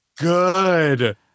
Good